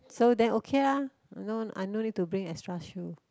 so then okay lah I no I no need to bring extra shoe